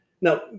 Now